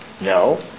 No